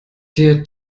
der